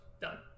done